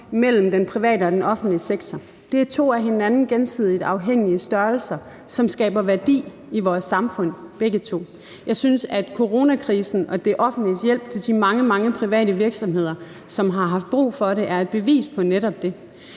mellem den private og den offentlige sektor. Det er to af hinanden gensidigt afhængige af størrelser, som skaber værdi i vores samfund begge to. Jeg synes, at coronakrisen og det offentliges hjælp til de mange, mange private virksomheder, som har haft brug for det, er et bevis på netop det.